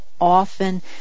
often